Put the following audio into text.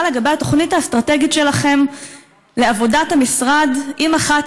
לגבי התוכנית האסטרטגית שלכם לעבודת המשרד אם אחת